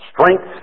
Strength